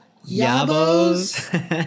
Yabos